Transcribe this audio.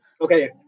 Okay